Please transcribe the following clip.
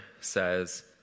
says